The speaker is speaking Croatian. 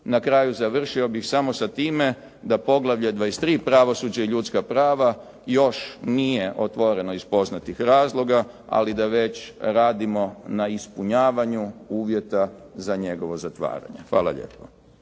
Na kraju završio bih samo sa time, da poglavlje 23. – Pravosuđe i ljudska prava još nije otvoreno iz poznatih razloga, ali da već radimo na ispunjavanju uvjeta za njegovo zatvaranje. Hvala lijepo.